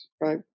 Right